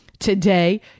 Today